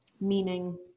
meaning